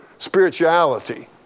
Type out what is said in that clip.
Spirituality